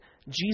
Jesus